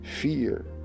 fear